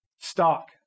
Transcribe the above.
stock